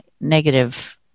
negative